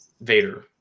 Vader